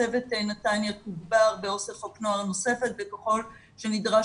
צוות נתניה תוגבר בעו"ס חוק נוער נוספת וככל שנדרש